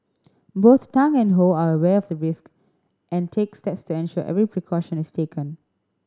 both Tang and Ho are aware of the risk and takes steps to ensure every precaution is taken